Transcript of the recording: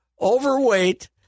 overweight